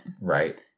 Right